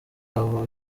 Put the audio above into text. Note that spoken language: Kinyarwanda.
aho